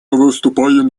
выступаем